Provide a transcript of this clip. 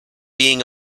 being